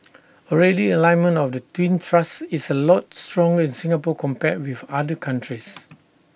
already the alignment of the twin thrusts is A lot strong with Singapore compared with other countries